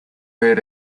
era